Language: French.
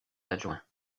adjoints